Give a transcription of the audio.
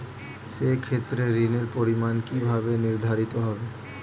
সে ক্ষেত্রে ঋণের পরিমাণ কিভাবে নির্ধারিত হবে?